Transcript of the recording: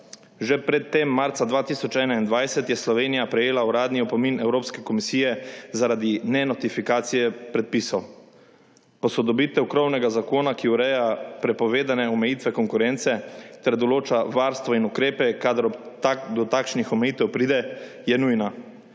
Že pred tem, marca 2021, je Slovenija prejela uradni opomin Evropske komisije zaradi nenotifikacije predpisov. Posodobitev krovnega zakona, ki ureja prepovedane omejitve konkurence ter določa varstvo in ukrepe, kadar do takšnih omejitev pride, je nujna